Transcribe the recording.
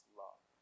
love